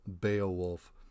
beowulf